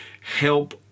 help